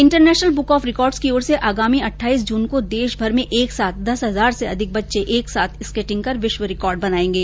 international book of records की ओर से आगामी अठाईस जून को देश भर में दस हजार से अधिक बच्चे एक साथ स्केटिंग कर विश्व रिकॉर्ड बनायेंगे